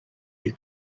you